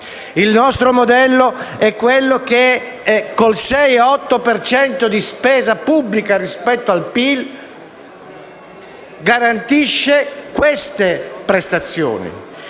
Il nostro modello è quello che, con il 6,8 per cento di spesa pubblica rispetto al PIL garantisce queste prestazioni.